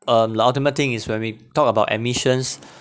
um the ultimate thing is when we talked about admissions